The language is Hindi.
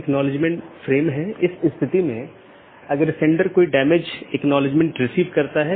इसलिए इसमें केवल स्थानीय ट्रैफ़िक होता है कोई ट्रांज़िट ट्रैफ़िक नहीं है